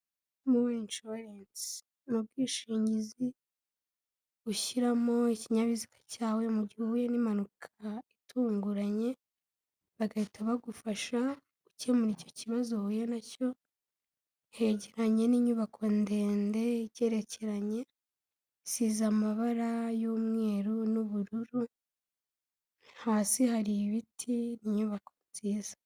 Muwa inshuwarensi, ni ubwishingizi ushyiramo ikinyabiziga cyawe, mu gihe uhuye n'impanuka itunguranye bagahita bagufasha gukemura icyo kibazo uhuye nacyo, hegeranye n'inyubako ndende igerekeranye, isize amabara y'umweru n'ubururu, hasi hari ibiti, inyubako nziza.